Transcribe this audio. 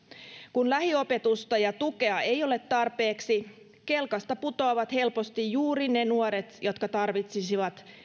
kun lähiopetusta ja tukea ei ole tarpeeksi kelkasta putoavat helposti juuri ne nuoret jotka tarvitsisivat